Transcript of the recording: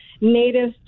native